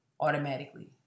automatically